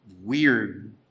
weird